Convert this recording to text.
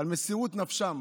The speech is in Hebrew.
על מסירות נפשם